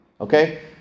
okay